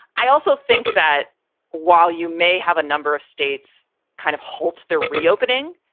i also think that while you may have a number of states kind of halt, they're reopening.